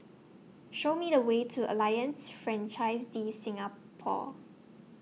Show Me The Way to Alliance Francaise De Singapour